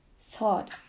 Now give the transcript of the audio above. thought